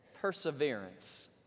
perseverance